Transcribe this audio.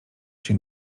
się